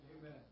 Amen